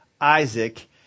Isaac